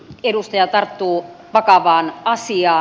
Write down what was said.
edustaja tarttuu vakavaan asiaan